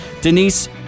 Denise